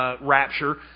rapture